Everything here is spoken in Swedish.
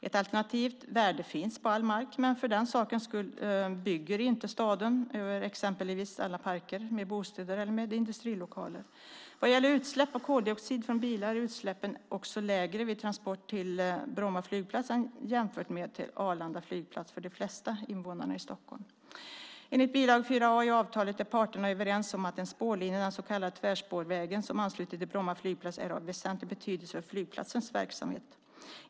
Ett alternativt värde finns på all mark, men för den sakens skull bygger inte staden över exempelvis alla parker med bostäder eller med industrilokaler. Vad gäller utsläpp av koldioxid från bilar är utsläppen också lägre vid transport till Bromma flygplats jämfört med till Arlanda flygplats för de flesta invånarna i Stockholm. Enligt bil. 4 a i avtalet är parterna överens om att en spårlinje, den så kallade tvärspårvägen, som ansluter till Bromma flygplats är av väsentlig betydelse för flygplatsens verksamhet.